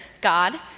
God